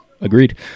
Agreed